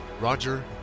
Roger